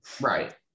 Right